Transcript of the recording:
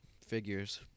figures